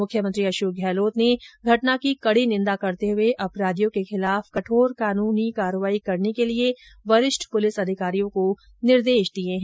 मुख्यमंत्री अशोक गहलोत ने इस घटना की कडी निंदा करते हुए अपराधियों के खिलाफ कठोर कानूनी कार्रवाई करने के लिये वरिष्ठ पुलिस अधिकारियों को निर्देश दिये है